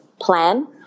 plan